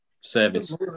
service